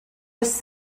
was